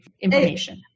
information